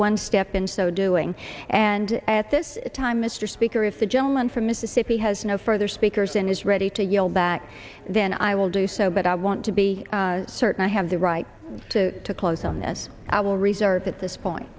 one step in so doing and at this time mr speaker if the gentleman from mississippi has no further speakers and is ready to yell back then i will do so but i want to be certain i have the right to close on this i will reserve at this point